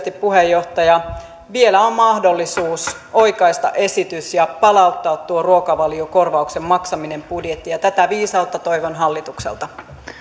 lyhyesti puheenjohtaja vielä on mahdollisuus oikaista esitys ja palauttaa tuo ruokavaliokorvauksen maksaminen budjettiin ja tätä viisautta toivon hallitukselta